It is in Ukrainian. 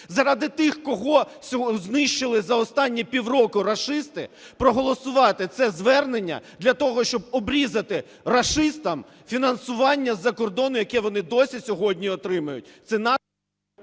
заради тих, кого знищили за останні пів року рашисти, проголосувати це звернення для того, щоб обрізати рашистам фінансування із-за кордону, яке вони досі сьогодні отримують.